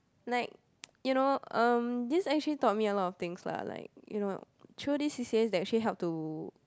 like you know um this actually taught me a lot of things lah like you know through this C_C_A that actually help to